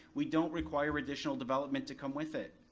we don't require additional development to come with it.